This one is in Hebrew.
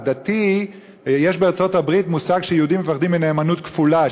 יש בארצות-הברית מושג שיהודים מפחדים מנאמנות כפולה,